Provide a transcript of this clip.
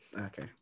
okay